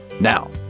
Now